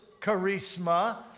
charisma